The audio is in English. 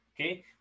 Okay